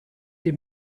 dem